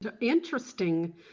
interesting